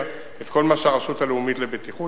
את כל מה שעושה הרשות הלאומית לבטיחות.